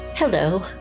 Hello